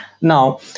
Now